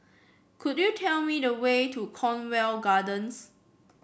could you tell me the way to Cornwall Gardens